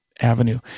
avenue